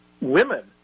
women